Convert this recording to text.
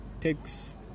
takes